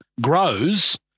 grows